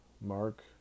Mark